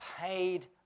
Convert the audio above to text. paid